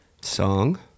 Song